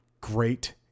great